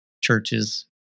churches